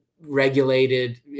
regulated